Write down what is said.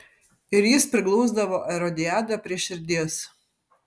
ir jis priglausdavo erodiadą prie širdies